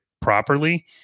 properly